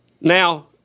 Now